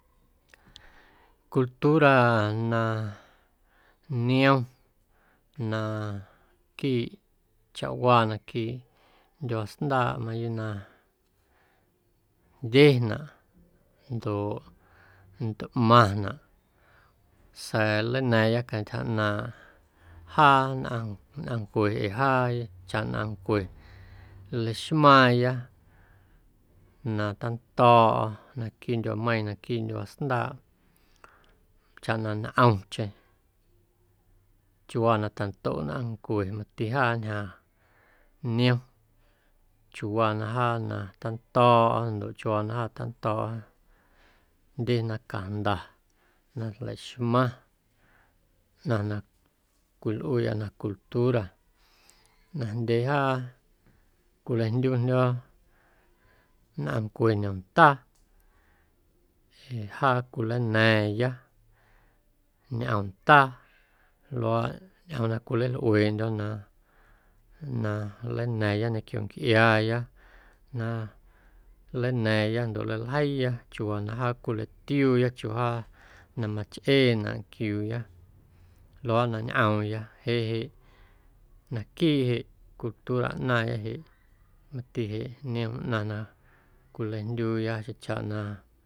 Cultura na niom naquiiꞌ chawaa naquiiꞌ ndyuaa sndaaꞌ mayuuꞌ na jndyenaꞌ ndoꞌ ntꞌmaⁿnaꞌ sa̱a̱ nlana̱a̱ⁿya cantyja ꞌnaaⁿ jaa nnꞌaⁿ nnꞌaⁿncue ee jaa chaꞌ nnꞌaⁿncue leixmaaⁿya na tando̱o̱ꞌo̱ naquiiꞌ ndyuaameiiⁿ naquiiꞌ ndyuaa sndaaꞌ chaꞌ na ntꞌomcheⁿ chiuuwaa na tandoꞌ nnꞌaⁿ nnꞌaⁿncue mati jaa ñjaaⁿ niom chiuuwaa na jaa na tando̱o̱ꞌa ndoꞌ chiuuwaa na jaa tando̱o̱ꞌa jndye na cajnda na nleixmaⁿ ꞌnaⁿ na cwilꞌuuya na cultura najndyee jaa cwilajndyundyo̱ nnꞌaⁿncue ñomndaa ee jaa cwilana̱a̱ⁿya ñꞌoomndaa luaaꞌ ñꞌoom na cwilalꞌueeꞌndyo̱ na na nlana̱a̱ⁿya ñequio ncꞌiaaya na nlana̱a̱ⁿya ndoꞌ nljeiiya chiuuwaa na jaa cwilatiuuya chiuu jaa na machꞌeenaꞌ nquiuuya luaaꞌ na ñꞌoomya jeꞌ jeꞌ naquiiꞌ jeꞌ cultura ꞌnaaⁿya jeꞌ niom ꞌnaⁿ na cwilajndyuuya xjeⁿ chaꞌna.